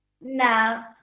no